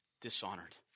dishonored